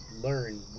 learn